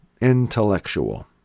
Intellectual